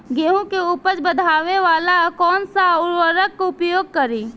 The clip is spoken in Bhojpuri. गेहूँ के उपज बढ़ावेला कौन सा उर्वरक उपयोग करीं?